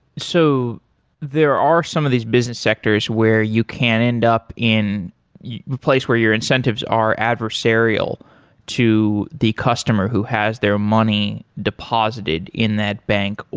so there are some of these business sectors where you can end up in a place where your incentives are adversarial to the customer who has their money deposited in that bank.